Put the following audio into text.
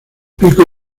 pico